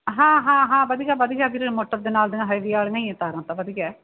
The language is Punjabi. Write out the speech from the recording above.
ਹਾਂ ਹਾਂ ਹਾਂ ਵਧੀਆ ਵਧੀਆ ਵੀਰੇ ਮੋਟਰ ਦੇ ਨਾਲ ਦੀਆਂ ਹੈਗੀਆਂ ਤਾਰਾਂ ਤਾਂ ਵਧੀਆ ਹੈ